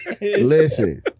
Listen